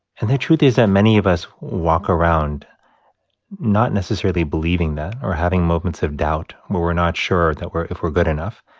and the truth is that many of us walk around not necessarily believing that or having moments of doubt where we're not sure that we're if we're good enough.